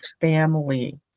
family